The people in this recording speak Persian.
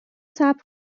صبر